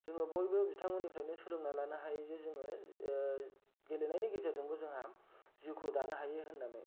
जोङो बयबो बिथांमोननिफ्रायनो सोलोंना लानो हायो जे जोङो ओ गेलेनायनि गेजेरजोंबो जोंहा जिउखौ दानो हायो होननानै